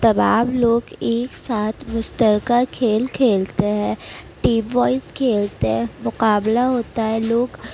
تمام لوگ ایک ساتھ مشترکہ کھیل کھیلتے ہیں ٹیم وائز کھیلتے ہیں مقابلہ ہوتا ہے لوگ